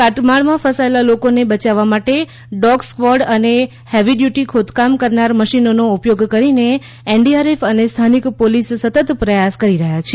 કાટમાળમાં ફસાયેલા લોકોને બચાવવા માટે ડોગ સ્કવોડ્સ અને હેવી ડ્યુટી ખોદકામ કરનાર મશીનોનો ઉપયોગ કરીને એનડીઆરએફ અને સ્થાનિક પોલીસ સતત પ્રયાસ કરી રહ્યા છે